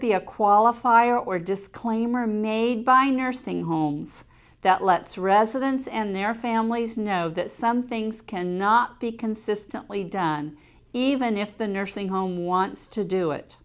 a qualifier or disclaimer made by nursing homes that lets residents and their families know that some things cannot be consistently done even if the nursing home wants to do it